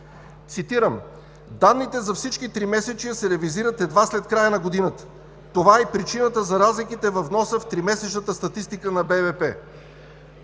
Цитирам: „Данните за всички тримесечия се ревизират едва след края на годината. Това е и причината за разликите във вноса в тримесечната статистика на БВП.“